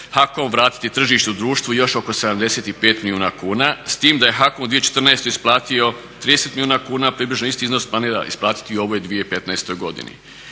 HAKOM vratiti tržištu društvu još oko 75 milijuna kuna. S time da je HAKOM u 2014. isplatio 30 milijuna kuna, približno isti iznos planira isplatiti i u ovoj 2015. godini.